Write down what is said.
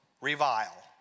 revile